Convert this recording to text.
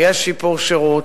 ויש שיפור שירות.